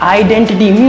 identity